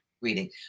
reading